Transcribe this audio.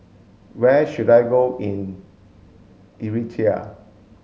where should I go in Eritrea